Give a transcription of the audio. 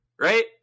right